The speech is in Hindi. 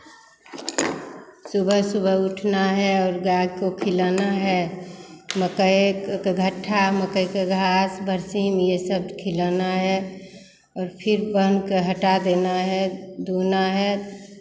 सुबह सुबह उठना है और गाय को खिलाना है मकई का गट्ठा मकई का घास बर्सिन ये सब खिलाना है और फिर बाँध के हटा देना है धोना है